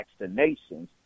vaccinations